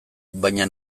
baina